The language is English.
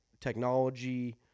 technology